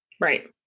Right